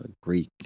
Greek